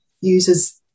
uses